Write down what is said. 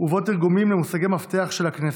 ובו תרגומים למושגי מפתח של הכנסת.